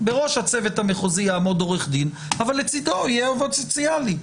בראש הצוות המחוזי יעמוד עורך דין אבל לצדו יהיה עובד סוציאלי.